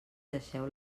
deixeu